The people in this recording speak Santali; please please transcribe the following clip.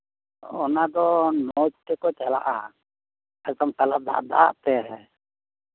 ᱚᱱᱟ ᱫᱚ ᱞᱚᱧᱪ ᱛᱮᱠᱚ ᱪᱟᱞᱟᱜᱼᱟ ᱮᱠᱫᱚᱢ ᱛᱟᱞᱟ ᱫᱟᱜ ᱫᱟᱜᱛᱮ